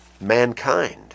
mankind